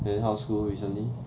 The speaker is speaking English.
then how's school recently